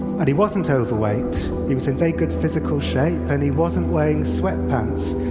and he wasn't overweight, he was in very good physical shape. and he wasn't wearing sweatpants,